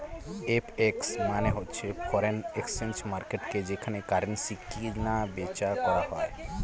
FX মানে হচ্ছে foreign exchange মার্কেটকে যেখানে কারেন্সি কিনা বেচা করা হয়